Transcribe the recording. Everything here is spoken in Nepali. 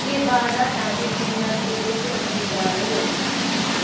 के बाह्र तारिख महिनाको दोस्रो शनिवार हो